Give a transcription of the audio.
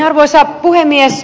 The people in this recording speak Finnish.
arvoisa puhemies